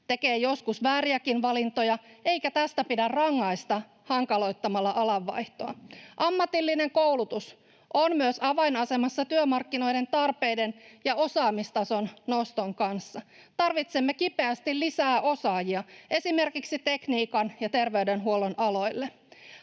tekee joskus vääriäkin valintoja, eikä tästä pidä rangaista hankaloittamalla alanvaihtoa. Ammatillinen koulutus on myös avainasemassa työmarkkinoiden tarpeiden ja osaamistason noston kanssa. Tarvitsemme kipeästi lisää osaajia esimerkiksi tekniikan ja terveydenhuollon aloille.